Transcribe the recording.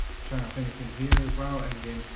shown up anything here as well. again.